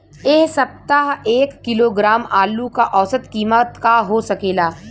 एह सप्ताह एक किलोग्राम आलू क औसत कीमत का हो सकेला?